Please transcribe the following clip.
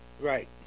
Right